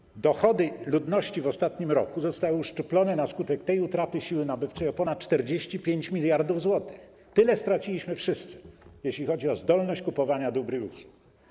Łącznie dochody ludności w ostatnim roku zostały uszczuplone na skutek tej utraty siły nabywczej o ponad 45 mld zł - tyle straciliśmy wszyscy, jeśli chodzi o zdolność kupowania dóbr i usług.